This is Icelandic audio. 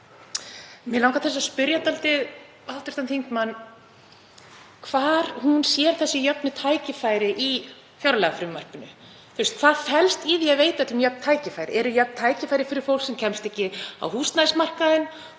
Mig langar til að spyrja hv. þingmann hvar hún sér þessi jöfnu tækifæri í fjárlagafrumvarpinu. Hvað felst í því að veita öllum jöfn tækifæri? Eru jöfn tækifæri fyrir fólk sem kemst ekki á húsnæðismarkaðinn,